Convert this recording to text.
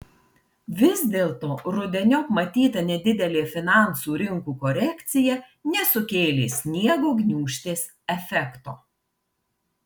vis dėlto rudeniop matyta nedidelė finansų rinkų korekcija nesukėlė sniego gniūžtės efekto